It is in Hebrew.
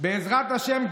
בעזרת השם,